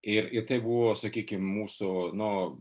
ir ir tai buvo sakykim mūsų nu